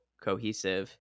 cohesive